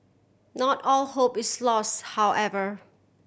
not all hope is lost however